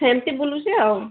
ସେମତି ବୁଲୁଛି ଆଉ